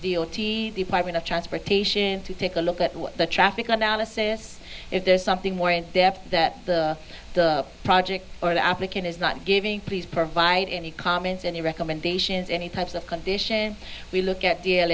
t department of transportation to take a look at what the traffic analysis if there's something more in depth that the the project or the applicant is not giving please provide any comments any recommendations any types of condition we look at deal